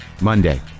Monday